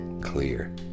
clear